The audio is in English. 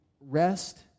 rest